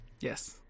Yes